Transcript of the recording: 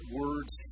words